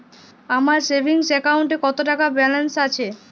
আমার সেভিংস অ্যাকাউন্টে কত টাকা ব্যালেন্স আছে?